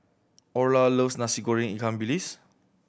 Orla loves Nasi Goreng ikan bilis